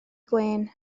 gwên